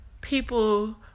People